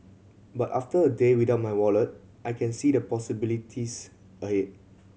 but after a day without my wallet I can see the possibilities ahead